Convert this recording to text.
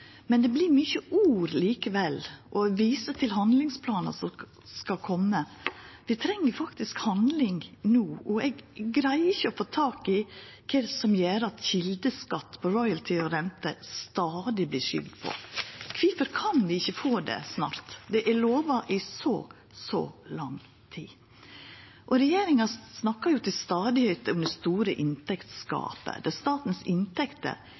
men det vert likevel mange ord, og ein viser til handlingsplanar som skal koma. Det trengst handling no, og eg greier ikkje å få tak i kva som gjer at kjeldeskatt på royalty og renter stadig vert skyvd på. Kvifor kan vi ikkje få det snart? Det har vore lova i så lang tid. Regjeringa snakkar stadig om det store inntektsgapet,